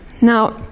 Now